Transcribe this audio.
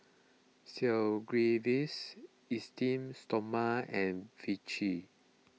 Sigvaris Esteem Stoma and Vichy